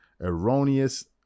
erroneous